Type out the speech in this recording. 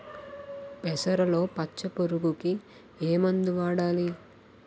పెసరలో పచ్చ పురుగుకి ఏ మందు వాడాలి?